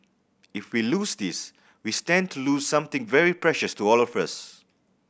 if we lose this we stand to lose something very precious to all of us